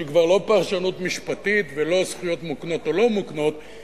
שהיא כבר לא פרשנות משפטית ולא זכויות מוקנות או לא מוקנות,